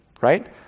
right